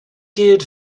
geared